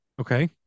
okay